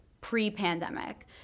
pre-pandemic